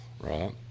right